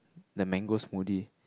the mango smoothie